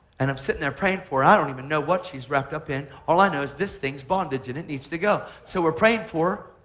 and i'm sitting there praying for her. i don't even know what she's wrapped up in. all i know is this thing is bondage and it needs to go. so we're praying for